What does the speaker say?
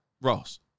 Ross